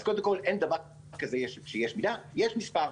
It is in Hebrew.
אז קודם כל, אין דבר כזה שיש מידה, יש מספר.